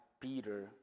Peter